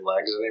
legs